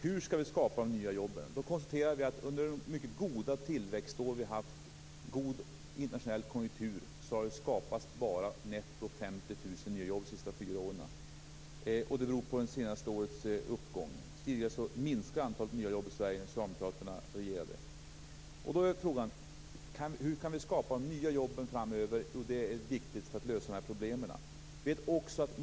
Hur skall vi då skapa de nya jobben? Vi konstaterar att under de mycket goda tillväxtår som varit, då det var en god internationell konjunktur, har det under de senaste fyra åren netto skapats bara 50 000 nya jobb. Den ökningen beror på det senaste årets uppgång. Tidigare minskade ju antalet nya jobb i Sverige när socialdemokraterna regerade. Frågan är: Hur kan vi skapa de nya jobben framöver? Detta är viktigt för att kunna lösa problemen.